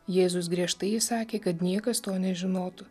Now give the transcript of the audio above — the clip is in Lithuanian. jėzus griežtai įsakė kad niekas to nežinotų